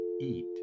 eat